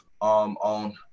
on